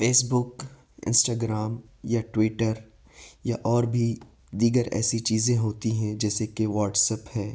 face بک Instagram یا Twitter یا اور بھی دیگر ایسی چیزیں ہوتی ہیں جیسے کہ واٹس اپ ہے